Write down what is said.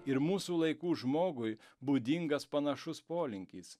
ir mūsų laikų žmogui būdingas panašus polinkis